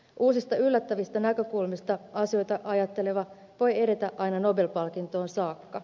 uusista yllättävistä näkökulmista asioita ajatteleva voi edetä aina nobel palkintoon saakka